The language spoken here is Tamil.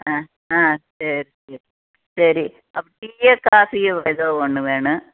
ஆ ஆ சரி சரி சரி அப்போ டீயோ காஃபியோ ஏதோ ஒன்று வேணும்